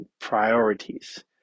priorities